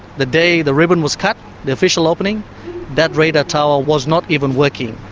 the day the ribbon was cut the official opening that radar tower was not even working.